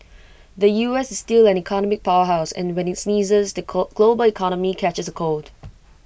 the U S is still an economic power house and when IT sneezes the global economy catches A cold